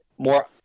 more